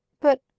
but—